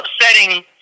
upsetting